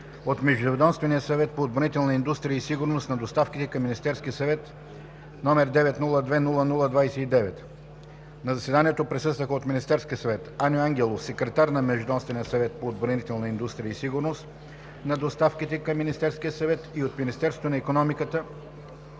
от Междуведомствения съвет по отбранителна индустрия и сигурност на доставките към Министерския съвет, № 902-00-29. На заседанието присъстваха: от Министерския съвет Аню Ангелов – секретар на Междуведомствения съвет по отбранителна индустрия и сигурност на доставките към Министерския съвет, и от Министерството на икономиката